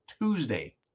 Tuesday